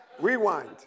Rewind